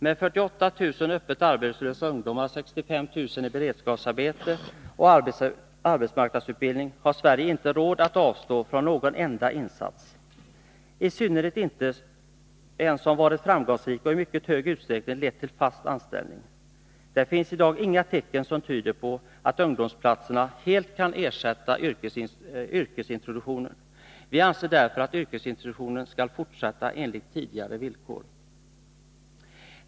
Med 48 000 öppet arbetslösa ungdomar och 65 000 i beredskapsarbete och arbetsmarknadsutbildning har Sverige inte råd att avstå från någon enda insats, i synnerhet inte en som varit framgångsrik och i mycket stor utsträckning lett till fast anställning. Det finns i dag inga tecken som tyder på att ungdomsplatserna helt kan ersätta yrkesintroduktionen. Vi anser därför att yrkesintroduktionen skall fortsätta enligt tidigare villkor. '